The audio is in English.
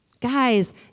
Guys